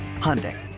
Hyundai